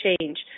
change